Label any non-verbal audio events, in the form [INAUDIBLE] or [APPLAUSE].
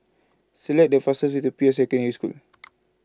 Select The fastest Way The Peirce Secondary School [NOISE]